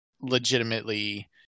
legitimately